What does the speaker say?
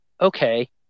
okay